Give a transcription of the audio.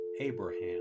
Abraham